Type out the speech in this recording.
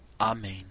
Amen